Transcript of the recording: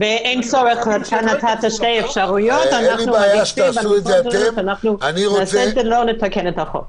נתת שתי אפשרויות, אנחנו לא נתקן את החוק.